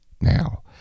Now